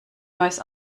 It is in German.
neues